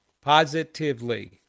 Positively